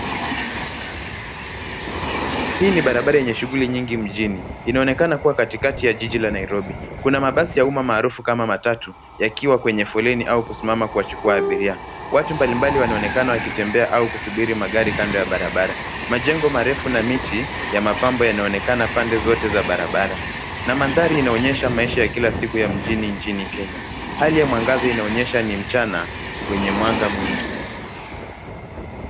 Hii ni barabara yenye shughuli nyingi mjini, inaonekana kuwa katikati ya jiji la Nairobi. Kuna mabasi ya umma maarufu kama matatu yakiwa kwenye foleni au kusimama kuwachukua abiria, watu mbalimbali wanaonekana wakitembea au kusubiri magari kando ya barabara. Majengo marefu na miti ya mapambo yanaonekana pande zote za barabara na mandhari inaonyesha maisha ya kila siku ya mjini nchini Kenya. Hali ya mwangaza inaonyesha ni mchana wenye mwanga mwingi.